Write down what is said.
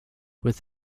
with